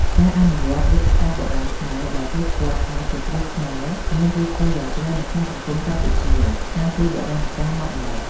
ការអនុវត្តវេជ្ជសាស្ត្របុរាណខ្មែរ ឬ ដែលគេស្គាល់ថាជា គ្រូខ្មែរ មានឫសគល់យ៉ាងជ្រៅនៅក្នុងសង្គមកម្ពុជា តាំងពីបុរាណកាលមកម្ល៉េះ។